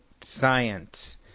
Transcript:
science